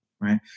right